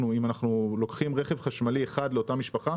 אם אנחנו לוקחים רכב חשמלי אחד לאותה משפחה,